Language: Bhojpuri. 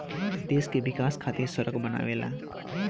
देश के विकाश खातिर सड़क बनावेला